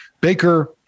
Baker